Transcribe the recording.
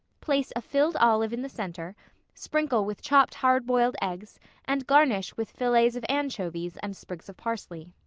place a filled olive in the centre sprinkle with chopped hard-boiled eggs and garnish with fillets of anchovies and sprigs of parsley.